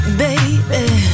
baby